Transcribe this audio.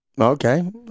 Okay